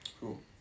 Cool